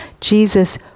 Jesus